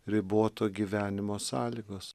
riboto gyvenimo sąlygos